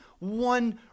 One